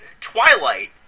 Twilight